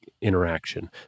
interaction